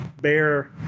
bear